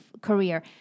career